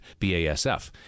BASF